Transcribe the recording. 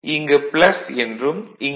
இங்கு என்றும் இங்கு